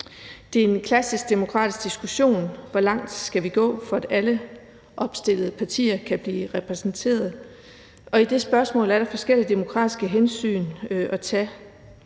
Det er en klassisk demokratisk diskussion: Hvor langt skal vi gå, for at alle opstillede partier kan blive repræsenteret? I svaret på det spørgsmål er der forskellige demokratiske hensyn at tage.